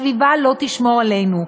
הסביבה לא תשמור עלינו.